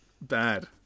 Bad